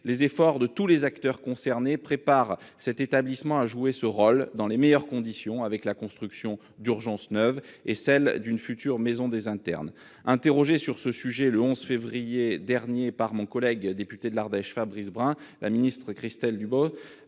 les efforts de tous les acteurs concernés préparent cet établissement à jouer ce rôle dans les meilleures conditions : je pense notamment à la construction d'un service des urgences neuf et à celle d'une future maison des internes. Interrogé sur ce sujet le 11 février dernier par mon collègue député de l'Ardèche, Fabrice Brun, la secrétaire d'État Christelle Dubos